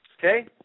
Okay